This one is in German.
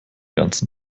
ganzen